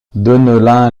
deneulin